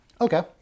okay